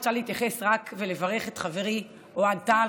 רוצה רק להתייחס ולברך את חברי אוהד טל,